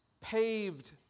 paved